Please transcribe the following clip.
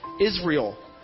Israel